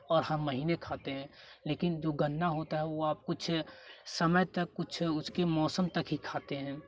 और हर महीने खाते हैं लेकिन जो गन्ना होता है वो आप कुछ समय तक कुछ उसकी मौसम तक ही खाते हैं